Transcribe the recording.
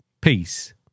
peace